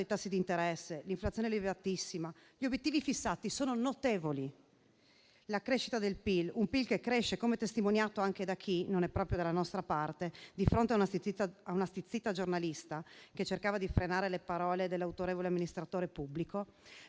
dei tassi di interesse e l'inflazione a livelli altissimi, gli obiettivi fissati sono notevoli. La crescita del PIL - testimoninata anche da chi non è proprio dalla nostra parte, di fronte a una stizzita giornalista che cercava di frenare le parole dell'autorevole amministratore pubblico